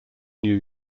new